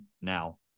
now